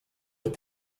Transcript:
with